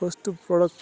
first product